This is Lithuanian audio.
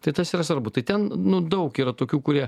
tai tas yra svarbu tai ten nu daug yra tokių kurie